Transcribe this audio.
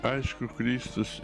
aišku kristus